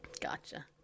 Gotcha